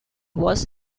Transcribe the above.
was